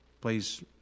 Please